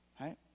right